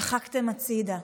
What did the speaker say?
דחקתם הצידה.